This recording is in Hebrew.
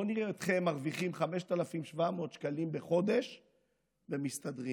בואו נראה אתכם מרוויחים 5,700 שקלים בחודש ומסתדרים.